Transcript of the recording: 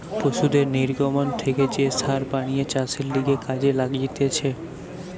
পশুদের নির্গমন থেকে যে সার বানিয়ে চাষের লিগে কাজে লাগতিছে